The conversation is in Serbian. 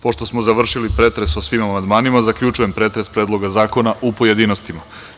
Pošto smo završili pretres o svim amandmanima zaključujem pretres Predloga zakona u pojedinostima.